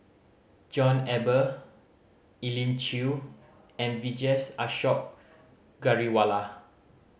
John Eber Elim Chew and Vijesh Ashok Ghariwala